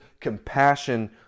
compassion